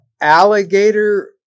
alligator